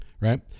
right